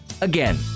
Again